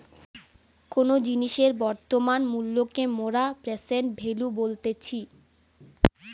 কোনো জিনিসের বর্তমান মূল্যকে মোরা প্রেসেন্ট ভ্যালু বলতেছি